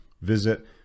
Visit